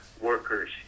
workers